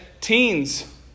Teens